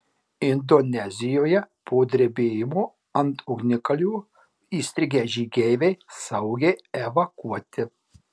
indonezijoje po drebėjimo ant ugnikalnio įstrigę žygeiviai saugiai evakuoti